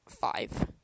five